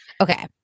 Okay